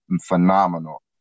phenomenal